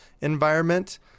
environment